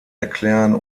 erklären